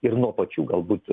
ir nuo pačių galbūt